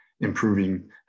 improving